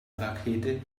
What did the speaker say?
rakete